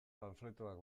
panfletoak